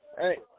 Hey